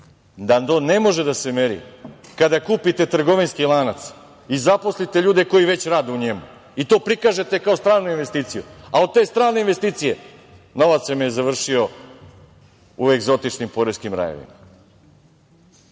da to ne može da se meri. Kada kupite trgovinski lanac i zaposlite ljude koji već rade u njemu i to prikažete kao stranu investiciju, a od te strane investicije novac je završio u egzotičnim poreskim rajevima.